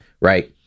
right